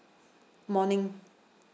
morning